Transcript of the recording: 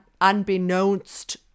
unbeknownst